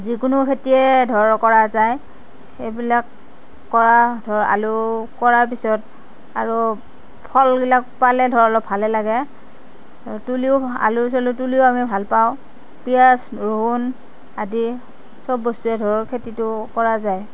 যিকোনো খেতিয়ে ধৰ কৰা যায় এইবিলাক কৰা ধৰ আলু কৰাৰ পিছত আৰু ফলবিলাক পালে ধৰ অলপ ভালে লাগে তুলিও আলু চালু তুলিও আমি ভাল পাওঁ পিয়াঁজ ৰহুন আদি সব বস্তুয়ে ধৰ খেতিটো কৰা যায়